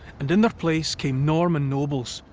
and in their place came norman nobles,